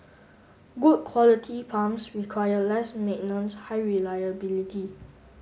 good quality pumps require less high reliability